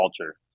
culture